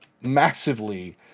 massively